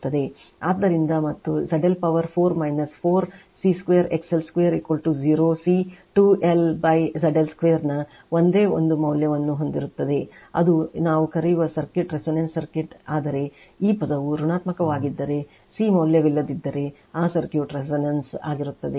ಆದ್ದರಿಂದ ಮತ್ತು ZL power 4 4 C2 XL2 0 C 2LZL2 ನ ಒಂದೇ ಒಂದು ಮೌಲ್ಯವನ್ನು ಹೊಂದಿರುತ್ತದೆ ಅದು ನಾವು ಕರೆಯುವ ಸರ್ಕ್ಯೂಟ್ ರೆಸೋನೆನ್ಸ್ ಸರ್ಕ್ಯೂಟ್ ಆದರೆ ಈ ಪದವು ಋಣಾತ್ಮಕವಾಗಿದ್ದರೆ C ಮೌಲ್ಯವಿಲ್ಲದಿದ್ದರೆ ಆ ಸರ್ಕ್ಯೂಟ್ resonance ಆಗುತ್ತದೆ